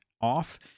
off